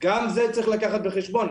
גם זה צריך לקחת בחשבון.